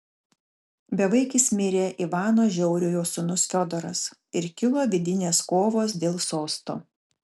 bevaikis mirė ivano žiauriojo sūnus fiodoras ir kilo vidinės kovos dėl sosto